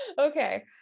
Okay